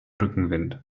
rückenwind